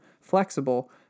flexible